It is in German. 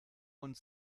und